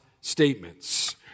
statements